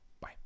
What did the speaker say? Bye